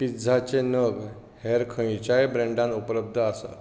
पिझ्झाचे नग हेर खंयच्याय ब्रँडान उपलब्द आसात